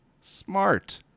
Smart